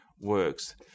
works